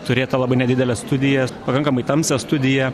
turėtą labai nedidelę studiją pakankamai tamsią studiją